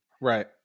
right